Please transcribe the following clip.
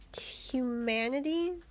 humanity